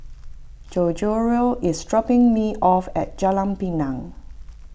Gregorio is dropping me off at Jalan Pinang